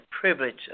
privilege